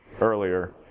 earlier